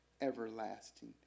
everlasting